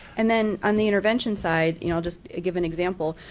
and then on the intervention side, you know i'll just give an example.